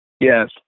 Yes